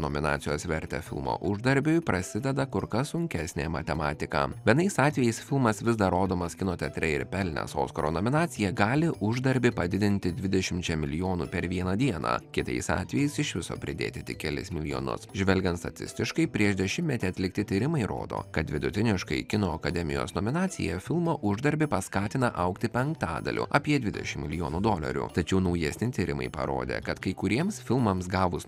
nominacijos vertę filmo uždarbiui prasideda kur kas sunkesnė matematiką vienais atvejais filmas vis dar rodomas kino teatre ir pelnęs oskaro nominaciją gali uždarbį padidinti dvidešimčia milijonų per vieną dieną kitais atvejais iš viso pridėti kelis milijonus žvelgiant statistiškai prieš dešimtmetį atlikti tyrimai rodo kad vidutiniškai kino akademijos nominacija filmo uždarbį paskatina augti penktadaliu apie dvidešimt milijonų dolerių tačiau naujesni tyrimai parodė kad kai kuriems filmams gavus